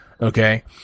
Okay